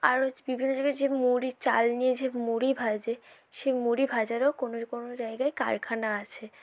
আরো বিভিন্ন জায়গায় যে মুড়ির চাল নিয়ে যে মুড়ি ভাজে সেই মুড়ি ভাজারও কোনো কোনো জায়গায় কারখানা আছে